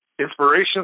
inspiration